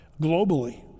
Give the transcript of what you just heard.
globally